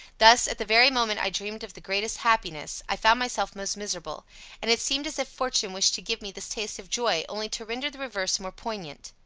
thus, at the very moment i dreamed of the greatest happiness, i found myself most miserable and it seemed as if fortune wished to give me this taste of joy, only to render the reverse more poignant.